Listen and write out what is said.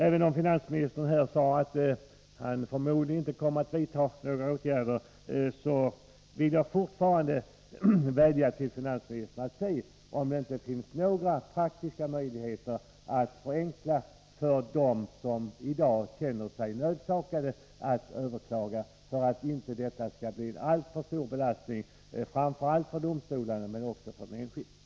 Även om finansministern här sade att han förmodligen inte kommer att vidta några åtgärder, vill jag fortfarande vädja till finansministern att undersöka om det inte finns några praktiska möjligheter att förenkla för dem som i dag känner sig nödsakade att överklaga. En sådan förenkling är angelägen för att belastningen inte skall bli alltför stor, framför allt för domstolarna men också för den enskilde.